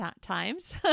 times